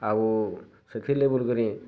ଆଉ ସେଥି ଲେବୁଲ୍ କରି